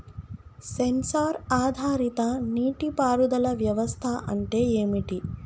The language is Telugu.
సెన్సార్ ఆధారిత నీటి పారుదల వ్యవస్థ అంటే ఏమిటి?